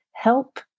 help